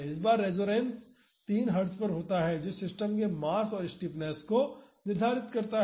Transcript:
इस बार resonance 3 hertz पर होता है जो सिस्टम के मास और स्टिफनेस को निर्धारित करता है